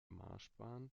marschbahn